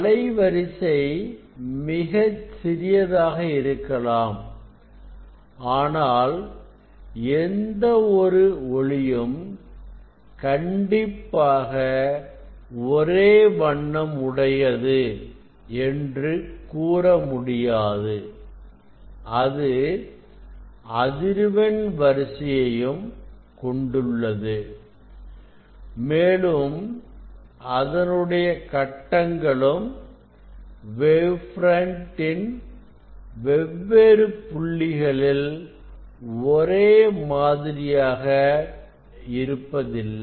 அலைவரிசை மிகச் சிறியதாக இருக்கலாம் ஆனால் எந்த ஒரு ஒளியும் கண்டிப்பாக ஒரே வண்ணம் உடையது என்று கூறமுடியாது அது அதிர்வெண் வரிசையையும் கொண்டுள்ளது மேலும் அதனுடைய கட்டங்களும் வேவ் பிரண்ட் இன் வெவ்வேறு புள்ளிகளில் ஒரே மாதிரியாக இருப்பதில்லை